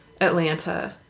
Atlanta